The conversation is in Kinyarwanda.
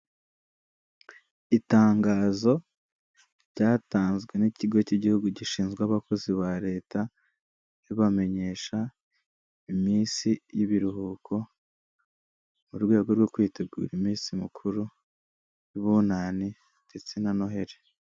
Itangazo ryatanzwe n'ikigo cy'igihugu gishinzwe abakozi ba leta, ribamenyesha iminsi y'ibiruhuko, mu rwego rwo kwitegura iminsi mikuru y'Ubunani ndetse na Noheli.